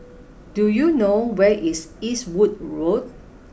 do you know where is Eastwood Road